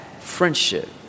friendship